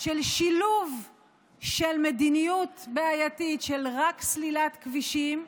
של שילוב של מדיניות בעייתית של רק סלילת כבישים,